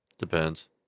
depends